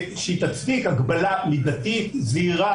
שתצדיק הגבלה מידתית זהירה,